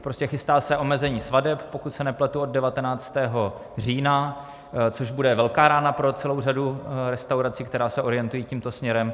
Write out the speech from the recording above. Prostě se chystá omezení svateb, pokud se nepletu, od 19. října, což bude velká rána pro celou řadu restaurací, které se orientují tímto směrem.